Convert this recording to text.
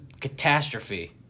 catastrophe